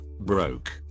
broke